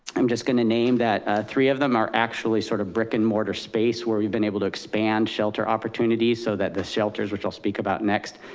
i'm just gonna name that three of them are actually sort of brick and mortar space where we've been able to expand shelter opportunities so that the shelters, which i'll speak about next,